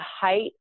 height